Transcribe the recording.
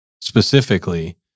specifically